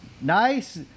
nice